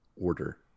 Order